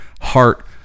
heart